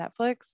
Netflix